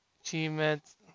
achievements